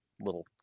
little